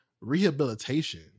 rehabilitation